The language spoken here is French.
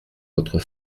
votre